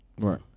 Right